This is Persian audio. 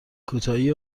کوتاهی